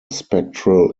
spectral